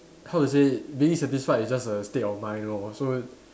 how to say being satisfied is just a state of mind lor so